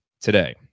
today